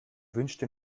wünschte